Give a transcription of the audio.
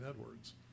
Edward's